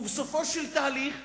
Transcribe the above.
בסופו של תהליך,